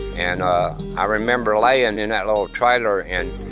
and i remember laying in that little trailer and